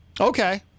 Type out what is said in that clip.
Okay